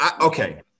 okay